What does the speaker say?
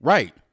Right